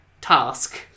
task